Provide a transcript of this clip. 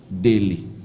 daily